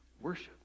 Worship